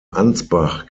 ansbach